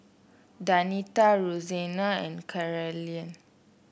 Danita Roseanna and Caryn